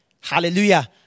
Hallelujah